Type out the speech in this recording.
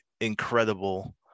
incredible